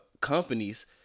companies